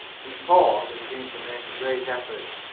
he paused and seemed to make a great effort